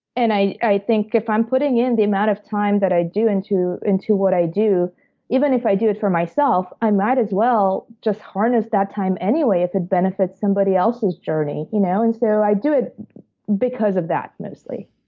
and i i think, if i'm putting in the amount of time that i do into into what i do even if i do it for myself i might as well just harness that time anyway if it benefits somebody else's journey. you know and so, i do it because of that, mostly.